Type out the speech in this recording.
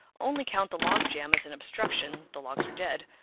only count the log jam as an obstruction, the logs are dead,